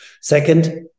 Second